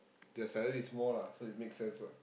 the salary is more lah so it make sense lah